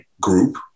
group